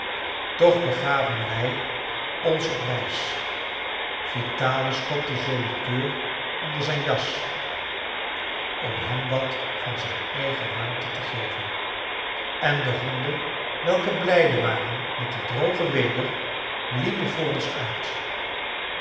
toch begaven wij ons op reis vitalis stopte joli coeur onder zijn jas om hem wat van zijn eigen warmte te geven en de honden welke blijde waren met dit droge weder liepen voor ons uit